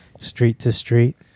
street-to-street